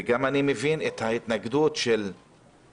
ואני מבין את ההתנגדות שלהם,